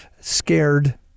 scared